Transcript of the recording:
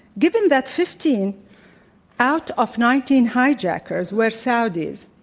given that fifteen out of nineteen hijackers were saudis,